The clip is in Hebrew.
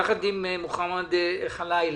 יחד עם מוחמד חלאילה,